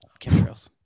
Chemtrails